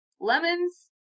lemons